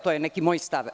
To je neki moj stav.